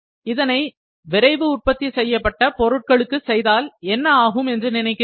இதனை விரைவு உற்பத்தி செய்யப்பட்ட பொருட்களுக்கு செய்தால் என்ன ஆகும் என்று நினைக்கிறீர்கள்